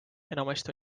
enamasti